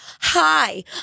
hi